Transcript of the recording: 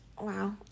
Wow